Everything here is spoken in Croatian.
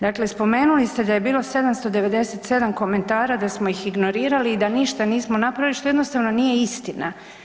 Dakle, spomenuli ste da je bilo 797 kontara da smo ih ignorirali i da ništa nismo napravili, što jednostavno nije istina.